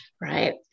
right